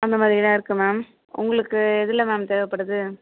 அந்த மாதிரிலாம் இருக்குது மேம் உங்களுக்கு எதில் மேம் தேவைப்படுது